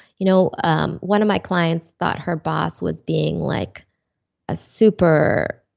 you know um one of my clients thought her boss was being like a super,